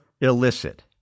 illicit